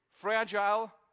fragile